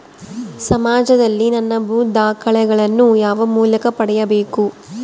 ಸಮಾಜದಲ್ಲಿ ನನ್ನ ಭೂ ದಾಖಲೆಗಳನ್ನು ಯಾವ ಮೂಲಕ ಪಡೆಯಬೇಕು?